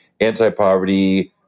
anti-poverty